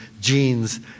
genes